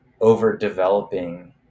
overdeveloping